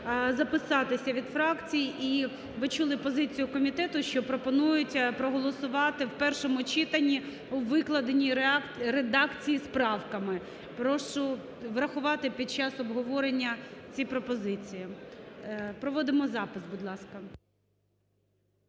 записатися від фракцій. І ви чули позицію комітету, що пропонують проголосувати в першому читанні у викладеній редакції з правками. Прошу врахувати під час обговорення ці пропозиції. Проводимо запис, будь ласка.